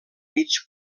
mig